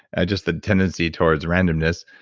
just the tendency towards randomness,